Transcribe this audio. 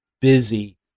busy